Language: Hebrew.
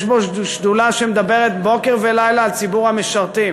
יש פה שדולה שמדברת בוקר ולילה על ציבור המשרתים,